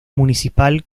municipal